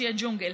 שיהיה ג'ונגל,